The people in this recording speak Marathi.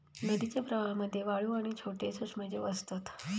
नदीच्या प्रवाहामध्ये वाळू आणि छोटे सूक्ष्मजीव असतत